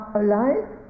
alive